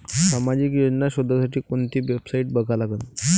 सामाजिक योजना शोधासाठी कोंती वेबसाईट बघा लागन?